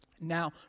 Now